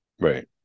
Right